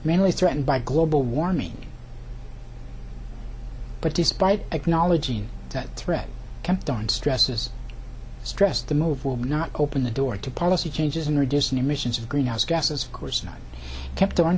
mainly threatened by global warming but despite acknowledged seen that thread kept on stresses stressed the move will not open the door to policy changes in reducing emissions of greenhouse gases course not kept on